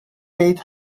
paid